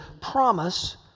promise